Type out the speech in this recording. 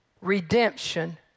redemption